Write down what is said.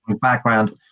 background